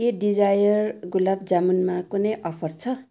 के डिजायर गुलाब जामुनमा कुनै अफर छ